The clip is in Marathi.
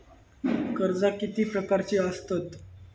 कर्जा किती प्रकारची आसतत